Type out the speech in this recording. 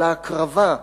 על ההקרבה,